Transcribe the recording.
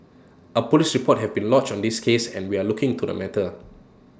A Police report have been lodged on this case and we are looking into the matter